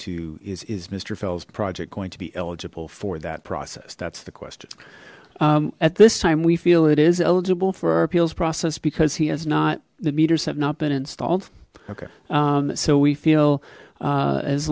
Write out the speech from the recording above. to is is mister fellows project going to be eligible for that process that's the question at this time we feel it is eligible for our appeals process because he has not the meters have not been installed okay so we feel